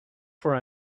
for